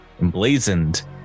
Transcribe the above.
emblazoned